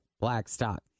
Blackstock